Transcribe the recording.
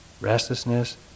restlessness